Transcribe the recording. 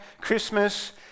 Christmas